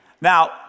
now